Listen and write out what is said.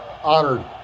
Honored